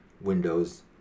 Windows